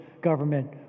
government